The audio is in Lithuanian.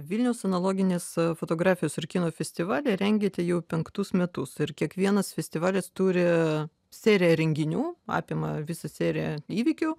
vilniaus analoginės fotografijos ir kino festivalį rengiate jau penktus metus ir kiekvienas festivalis turi seriją renginių apima visą seriją įvykių